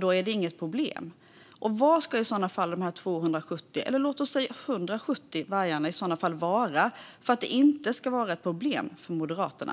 vore det inget problem? Var ska i så fall de 270, eller låt oss säga 170, vargarna vara för att det inte ska vara ett problem för Moderaterna?